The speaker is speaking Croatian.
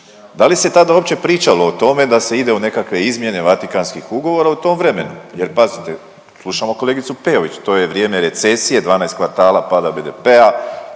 Da li se tada uopće pričalo o tome da se ide u nekakve izmjene Vatikanskih ugovora u tom vremenu? Jer pazite, slušamo kolegicu Peović, to je vrijeme recesije, 12 kvartala pada BDP-a,